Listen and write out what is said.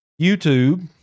YouTube